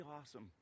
awesome